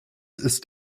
ist